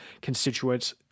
constituents